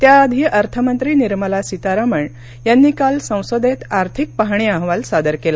त्याआधी अर्थमंत्री निर्मला सीतारमण यांनी काल संसदेत आर्थिक पाहणी अहवाल सादर केला